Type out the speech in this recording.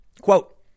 quote